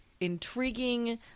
intriguing